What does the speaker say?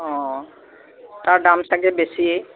অঁ তাৰ দাম চাগৈ বেছিয়েই